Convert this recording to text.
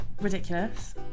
ridiculous